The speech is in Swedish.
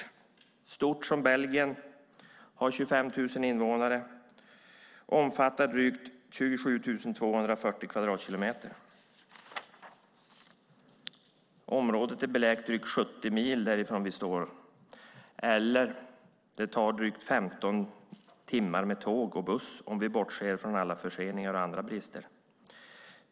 Det är stort som Belgien, har 25 000 invånare och omfattar drygt 27 240 kvadratkilometer. Området är beläget drygt 70 mil från Stockholm. Det tar drygt 15 timmar att resa dit med tåg och buss - om vi bortser från förseningar och andra brister.